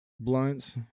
blunts